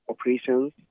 operations